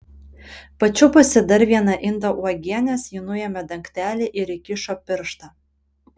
pačiupusi dar vieną indą uogienės ji nuėmė dangtelį ir įkišo pirštą